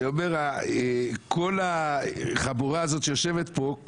אני אומר שכל החבורה הזאת שיושבת פה,